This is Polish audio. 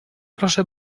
proszę